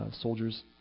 soldiers